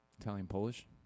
Italian-Polish